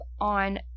on